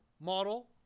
model